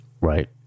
Right